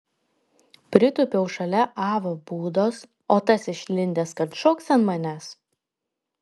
pritūpiau šalia avo būdos o tas išlindęs kad šoks ant manęs